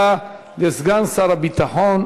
לשאילתה לסגן שר הביטחון.